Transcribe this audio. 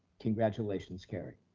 congratulations, carrie.